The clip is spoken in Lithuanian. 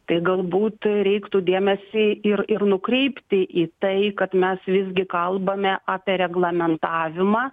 tai galbūt reiktų dėmesį ir ir nukreipti į tai kad mes visgi kalbame apie reglamentavimą